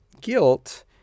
guilt